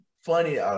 funny